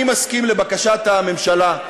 אני מסכים לבקשת הממשלה,